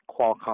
Qualcomm